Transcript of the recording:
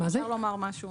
אם אפשר לומר משהו